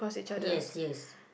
yes yes